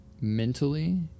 mentally